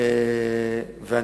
אני